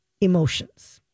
emotions